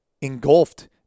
engulfed